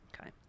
Okay